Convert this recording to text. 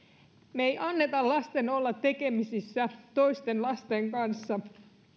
me emme anna lasten olla tekemisissä toisten lasten kanssa